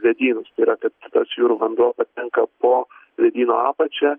ledynus tai yra kad tas jūrų vanduo patenka po ledyno apačia